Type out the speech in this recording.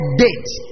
date